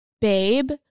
babe